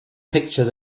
picture